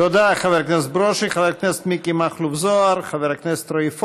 תודה, חבר הכנסת ברושי.